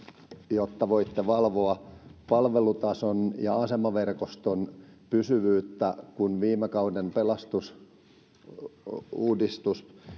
jotta voitte valvoa palvelutason ja asemaverkoston pysyvyyttä kun viime kauden pelastusuudistus